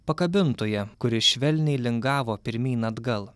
pakabintoje kuri švelniai lingavo pirmyn atgal